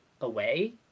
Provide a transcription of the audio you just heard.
away